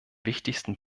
wichtigsten